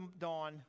dawn